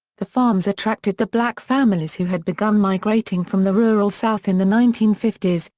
the farms attracted the black families who had begun migrating from the rural south in the nineteen fifty s,